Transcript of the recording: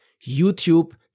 YouTube